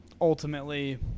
ultimately